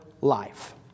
life